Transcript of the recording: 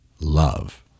love